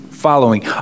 following